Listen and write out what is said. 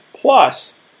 plus